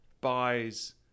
buys